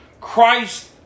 Christ